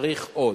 צריך עוד.